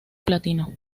platino